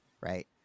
Right